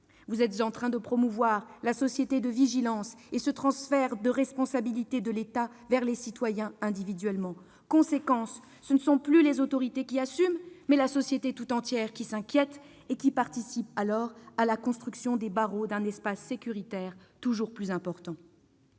Vous êtes en train de promouvoir la société de vigilance et le transfert de responsabilité de l'État vers les citoyens pris individuellement. Conséquence : ce ne sont plus les autorités qui assument, mais la société tout entière qui s'inquiète et qui, dès lors, participe à la construction des barreaux d'un espace sécuritaire toujours plus important.